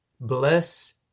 Bless